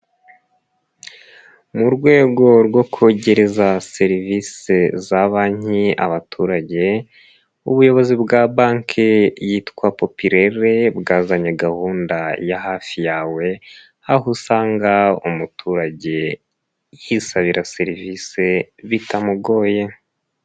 Mu rwego rwo kwegereza serivisi za banki abaturage, ubuyobozi bwa banki yitwa popirere bwazanye gahunda ya hafi yawe, aho usanga umuturage yisabira serivisi bitamugoye.